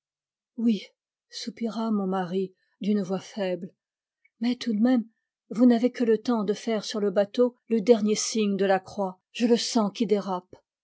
oui soupira mon mari d'une voix faible mais tout de même vous n'avez que le temps de faire sur le bateau le dernier signe de la croix je le sens qui dérape